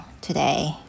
today